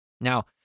Now